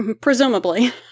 Presumably